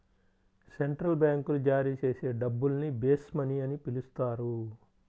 central బ్యాంకులు జారీ చేసే డబ్బుల్ని బేస్ మనీ అని పిలుస్తారు